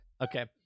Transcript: Okay